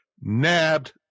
nabbed